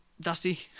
Dusty